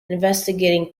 investigating